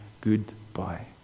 Goodbye